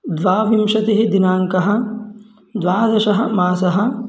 द्वाविंशतिः दिनाङ्कः द्वादशः मासः